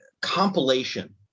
compilation